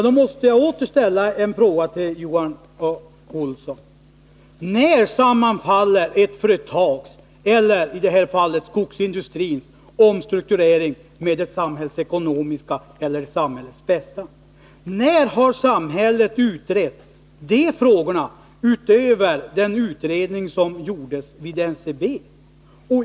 Då måste jag åter ställa en fråga till Johan Olsson: När sammanfaller ett företags eller, i det här fallet, skogsindustrins omstrukturering med samhällets bästa? När har samhället utrett de frågorna, utöver den utredning som gjordes vid NCB?